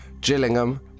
Gillingham